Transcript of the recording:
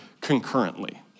concurrently